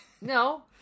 No